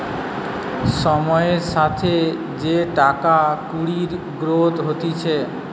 সময়ের সাথে যে টাকা কুড়ির গ্রোথ হতিছে